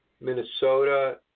Minnesota